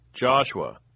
Joshua